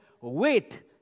wait